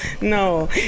no